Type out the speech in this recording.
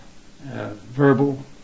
verbal